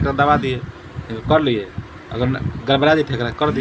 रोज के वस्तु दैनिक प्रयोग खातिर छोट बाजार से लेके बड़का बाजार तक में रहेला